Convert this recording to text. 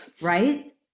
right